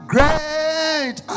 Great